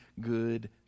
good